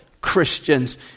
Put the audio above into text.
Christians